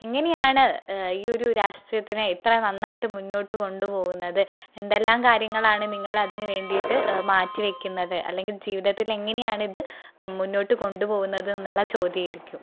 എങ്ങനെയാണ് ഈ ഒരു രാഷ്ട്രീയത്തിനെ ഇത്ര നന്നായിട്ട് മുന്നോട്ടു കൊണ്ടു പോവുന്നത് എന്തെല്ലാം കാര്യങ്ങളാണ് നിങ്ങളതിനു വേണ്ടിയിട്ട് മാറ്റി വയ്ക്കുന്നത് അല്ലെങ്കില് ജീവിതത്തില് എങ്ങനെയാണിത് മുന്നോട്ടു കൊണ്ടു പോവുന്നത് എന്നുള്ള ചോദ്യമായിരിക്കും